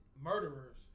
murderers